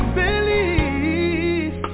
believe